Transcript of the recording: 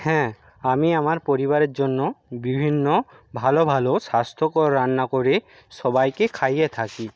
হ্যাঁ আমি আমার পরিবারের জন্য বিভিন্ন ভালো ভালো স্বাস্থ্যকর রান্না করে সবাইকে খাইয়ে থাকি